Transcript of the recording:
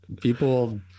people